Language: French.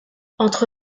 entre